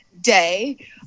day